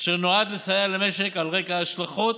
אשר נועד לסייע למשק על רקע ההשלכות